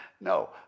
No